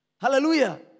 Hallelujah